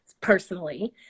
personally